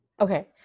Okay